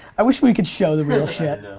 i wish we could show the real shit.